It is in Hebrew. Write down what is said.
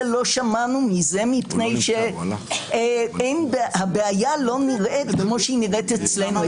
לא שמענו מפני שהבעיה לא נראית כמו שהיא נראית אצלנו.